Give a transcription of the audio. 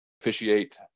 officiate